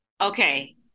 okay